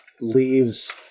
leaves